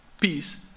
peace